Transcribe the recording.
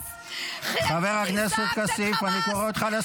דוגמה --- אבל את לא יכולה להפריע ככה, תוך כדי.